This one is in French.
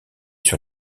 sur